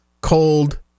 cold